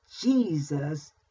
Jesus